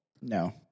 No